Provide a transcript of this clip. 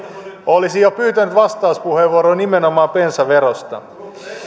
olisi jo nyt pyytänyt vastauspuheenvuoroa nimenomaan bensaverosta